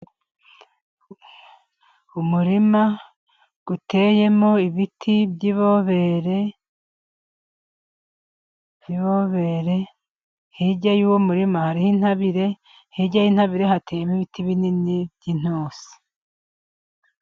Umurima uteyemo ibiti by'ibobere, hirya y'uwo murima hariho intabire, hirya y'intabire hateyemo ibiti binini by'intusi.